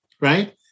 right